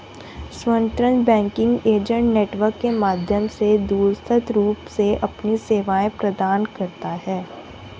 स्वतंत्र banking agent network के माध्यम से दूरस्थ रूप से अपनी सेवाएं प्रदान करता है